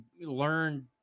learn